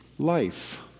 life